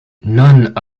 none